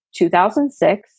2006